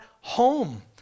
home